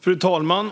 Fru talman!